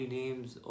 names